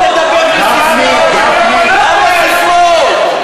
אל תדבר בססמאות, למה ססמאות?